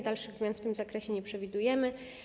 Dalszych zmian w tym zakresie nie przewidujemy.